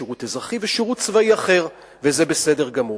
שירות אזרחי ושירות צבאי אחר וזה בסדר גמור.